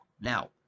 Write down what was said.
Now